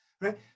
right